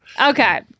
Okay